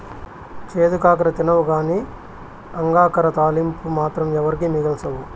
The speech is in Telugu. చేదు కాకర తినవుగానీ అంగాకర తాలింపు మాత్రం ఎవరికీ మిగల్సవు